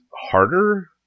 harder